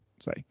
say